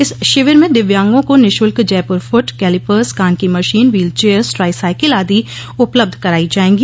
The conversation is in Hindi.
इस शिविर में दिव्यांगों को निःशुल्क जयपुर फूट कैलिपर्स कान की मशीन व्हील चेयर्स ट्राईसाकिल आदि उपलब्ध कराई जाएगी